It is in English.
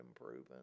improving